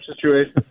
situation